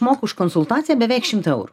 mokau už konsultaciją beveik šimtą eurų